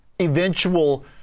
eventual